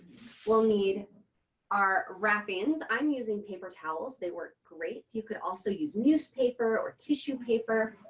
we'll need our wrappings. i'm using paper towels. they work great. you could also use newspaper or tissue paper.